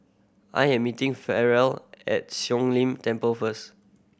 I am meeting Farrell at Siong Lim Temple first